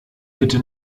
bitte